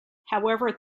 however